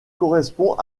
correspond